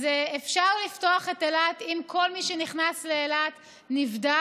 אז אפשר לפתוח את אילת אם כל מי שנכנס לאילת נבדק,